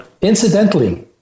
incidentally